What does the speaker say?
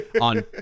on